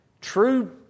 true